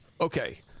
Okay